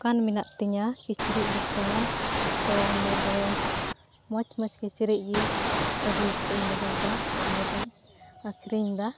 ᱫᱳᱠᱟᱱ ᱢᱮᱱᱟᱜᱛᱤᱧᱟᱹ ᱠᱤᱪᱨᱤᱡ ᱫᱳᱠᱟᱱ ᱛᱳ ᱚᱸᱰᱮᱫᱚ ᱢᱚᱡᱽᱼᱢᱚᱡᱽ ᱠᱤᱪᱨᱤᱡᱜᱮ ᱟᱹᱜᱩᱠᱟᱛᱮᱧ ᱫᱚᱦᱚᱭᱫᱟ ᱚᱸᱰᱮᱫᱚ ᱟᱹᱠᱷᱨᱤᱧᱮᱫᱟ